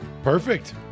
perfect